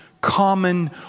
Common